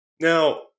Now